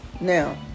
now